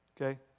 Okay